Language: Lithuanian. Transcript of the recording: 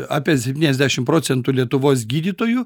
apie septyniasdešim procentų lietuvos gydytojų